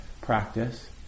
practice